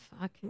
fuck